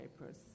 papers